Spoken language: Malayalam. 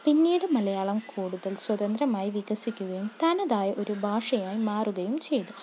പിന്നീട് മലയാളം കൂടുതൽ സ്വതന്ത്രമായി വികസിക്കുകയും താനതായ ഒരു ഭാഷയായി മാറുകയും ചെയ്തു